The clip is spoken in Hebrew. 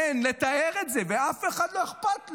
אין לתאר את זה, ולאף אחד לא אכפת.